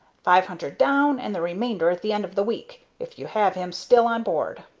five hundred down, and the remainder at the end of the week, if you have him still on board.